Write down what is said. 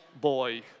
boy